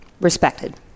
respected